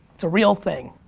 it's a real thing.